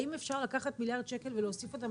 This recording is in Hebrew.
האם אפשר לקחת מיליארד שקל ולהוסיף אותם